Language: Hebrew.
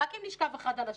רק אם נשכב אחד על השני.